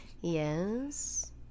Yes